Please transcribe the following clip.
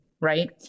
right